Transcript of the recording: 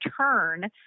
turn